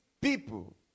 people